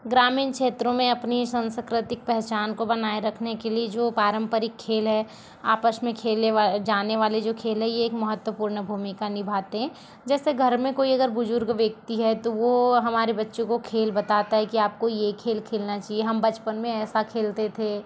ग्रामीण क्षेत्रों में अपनी सांस्कृतिक पहचान को बनाएं रखने के लिए जो पारम्परिक खेल है आपस में खेले जाने वाले जो खेल हैं ये एक महत्वपूर्ण भूमिका निभाते है जैसे घर में कोई अगर बुजुर्ग व्यक्ति है तो वो हमारे बच्चों को खेल बताता है कि आपको ये खेल खेलना चाहिए हम बचपन में ऐसा खेलते थे